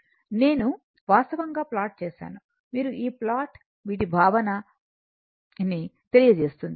నేను వాస్తవంగా ప్లాట్ చేసాను మీకు ఈ ప్లాట్ వీటి భావనని తెలియజేస్తుంది